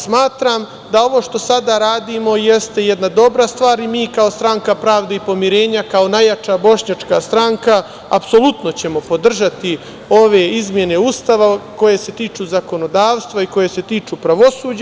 Smatram da ovo što sada radimo jeste jedna dobra stvar i mi kao Stranka pravde i pomirenja, kao najjača bošnjačka stranka, apsolutno ćemo podržati ove izmene Ustava koje se tiču zakonodavstva i koje se tiču pravosuđa.